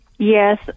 Yes